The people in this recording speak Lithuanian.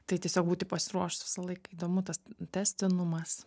tai tiesiog būti pasiruošus visą laiką įdomu tas tęstinumas